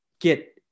get